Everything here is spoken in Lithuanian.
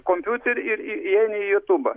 kompiuterį ir įeini į jutubą